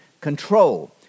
control